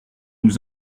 nous